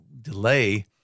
delay